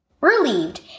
Relieved